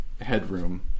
headroom